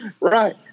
Right